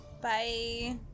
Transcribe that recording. Bye